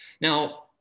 Now